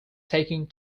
taking